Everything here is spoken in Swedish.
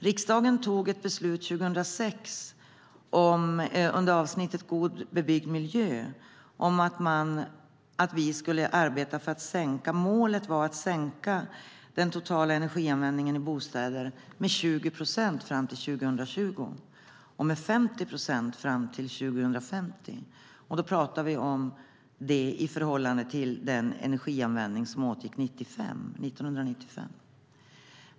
Riksdagen tog 2006 ett beslut under avsnittet god bebyggd miljö om att vi skulle arbeta för att sänka den totala energianvändningen i bostäder med 20 procent till 2020 och med 50 procent till 2050 i förhållande till energianvändningen 1995.